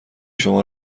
شما